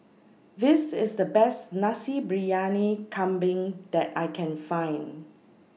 This IS The Best Nasi Briyani Kambing that I Can Find